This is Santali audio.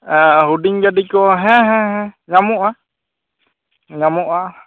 ᱦᱩᱰᱤᱧ ᱜᱟᱹᱰᱤ ᱠᱚ ᱦᱮᱸ ᱦᱮᱸ ᱧᱟᱢᱚᱜᱼᱟ ᱧᱟᱢᱚᱜᱼᱟ